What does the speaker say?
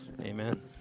Amen